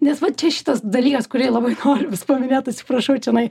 nes vat čia šitos dalies kurį labai vis paminėt atsiprašau čionai